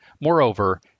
Moreover